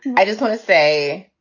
i just want to say.